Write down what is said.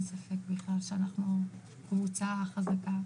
אין ספק בכלל שאנחנו קבוצה חזקה